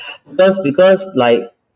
because because like